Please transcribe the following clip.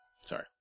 Sorry